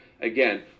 again